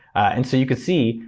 and so you could see,